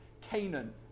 Canaan